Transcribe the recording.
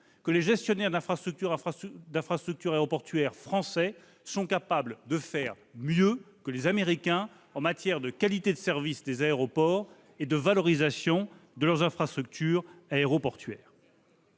: les gestionnaires d'infrastructures aéroportuaires français sont capables de faire mieux que les Américains, qu'il s'agisse de la qualité de service des aéroports ou de la valorisation des infrastructures aéroportuaires.